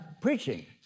preaching